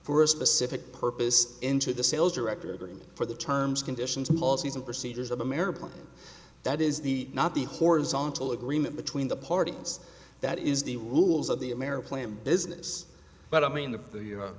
for a specific purpose into the sales director agreement for the terms conditions of all season procedures of america that is the not the horizontal agreement between the parties that is the rules of the american land business but i mean the